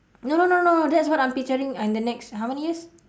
no no no no that's what I'm picturing in the next how many years